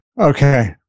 Okay